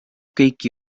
kõiki